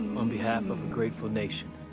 on behalf of a grateful nation.